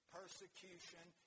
persecution